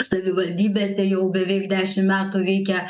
savivaldybėse jau beveik dešim metų veikia